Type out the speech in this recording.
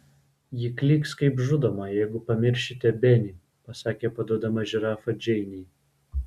ji klyks kaip žudoma jeigu pamiršite benį pasakė paduodama žirafą džeinei